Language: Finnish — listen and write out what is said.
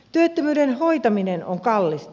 työttömyyden hoitaminen on kallista